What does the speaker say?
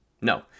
No